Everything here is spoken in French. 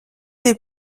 des